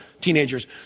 teenagers